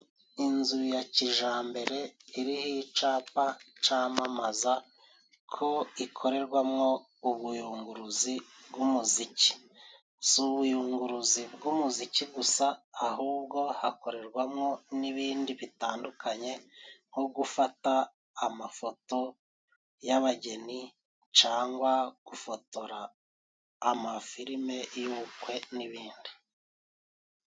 Inzu ya kijambere iriho icapa camamaza ko ikorerwamwo ubuyunguruzi bw'umuziki. Si ubuyunguruzi bw'umuziki gusa, ahubwo hakorerwamwo n'ibindi bitandukanye nko gufata amafoto y'abageni cangwa gufotora amafilime y'ubukwe n'ibindi.